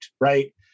right